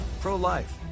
pro-life